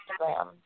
instagram